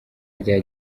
rya